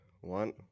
one